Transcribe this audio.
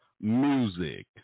music